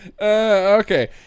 Okay